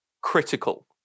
critical